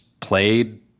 played